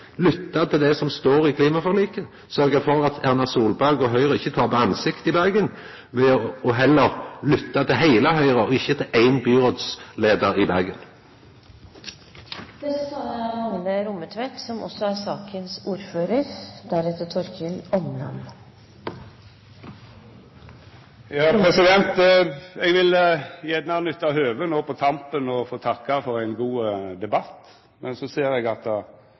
det som står i klimaforliket, og sørgja for at Erna Solberg og Høgre ikkje tapar ansikt i Bergen, ved heller å lytta til heile Høgre, og ikkje til ein byrådsleiar i Bergen. Eg ville gjerne nytta høvet no på tampen til å takka for en god debatt, men no ser eg at